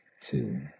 two